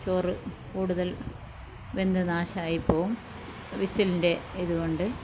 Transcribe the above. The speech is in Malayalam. ചോറ് കൂടുതൽ വെന്ത് നാശമായി പോകും വിസിലിൻ്റെ ഇത് കൊണ്ട്